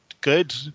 good